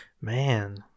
Man